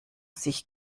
sich